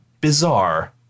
bizarre